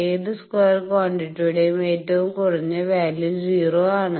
ഏത് സ്ക്വയർ ക്വാണ്ടിറ്റിയുടെയും ഏറ്റവും കുറഞ്ഞ വാല്യൂ 0 ആണ്